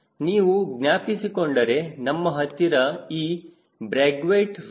ನೀವು ಜ್ಞಾಪಿಸಿಕೊಂಡರೆ ನಮ್ಮ ಹತ್ತಿರ ಈ ಬ್ರೆಗೇಟ್ ರೇಂಜ್ ಮತ್ತು ಎಂಡುರನ್ಸ್ ಸೂತ್ರಗಳು ಇವೆ